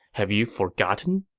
have you forgotten?